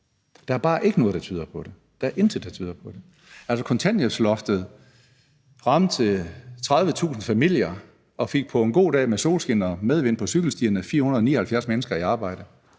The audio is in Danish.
Der er bare ikke noget, der tyder på det. Der er intet, der tyder på det. Kontanthjælpsloftet ramte 30.000 familier og fik på en god dag med solskin og medvind på cykelstierne 479 mennesker i arbejde.